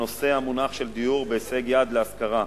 הנושא, המונח של דיור בהישג-יד להשכרה.